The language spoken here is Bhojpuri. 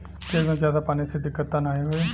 खेत में ज्यादा पानी से दिक्कत त नाही होई?